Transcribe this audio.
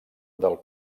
del